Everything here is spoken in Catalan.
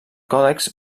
còdex